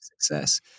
success